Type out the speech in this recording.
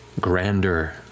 grander